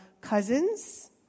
cousins